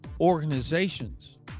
organizations